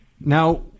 Now